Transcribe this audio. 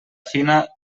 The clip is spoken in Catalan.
fina